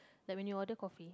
like when you order coffee